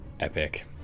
Epic